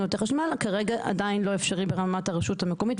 את החשמל כרגע עדיין לא אפשרי ברמת הרשות המקומית,